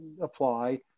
apply